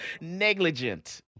Negligent